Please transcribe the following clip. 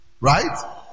right